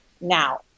now